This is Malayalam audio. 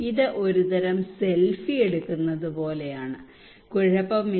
ഇത് ഒരുതരം സെൽഫി എടുക്കുന്നത് പോലെയാണ് കുഴപ്പമില്ല